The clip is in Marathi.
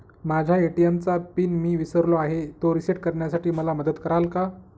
माझ्या ए.टी.एम चा पिन मी विसरलो आहे, तो रिसेट करण्यासाठी मला मदत कराल?